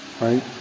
right